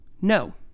No